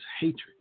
hatred